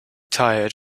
tired